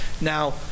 now